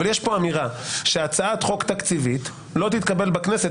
אבל יש פה אמירה שהצעת חוק תקציבית לא תתקבל בכנסת,